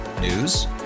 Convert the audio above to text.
News